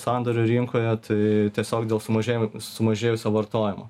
sandorių rinkoje tai tiesiog dėl sumažė sumažėjusio vartojimo